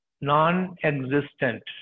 non-existent